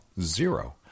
zero